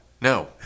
no